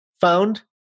found